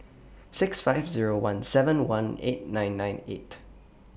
six five Zero one seven one eight nine nine eight